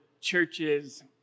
churches